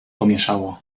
pomieszało